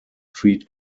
treat